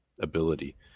ability